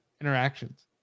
interactions